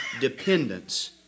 dependence